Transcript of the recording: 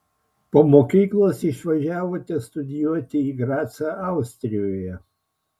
po mokyklos išvažiavote studijuoti į gracą austrijoje